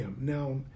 Now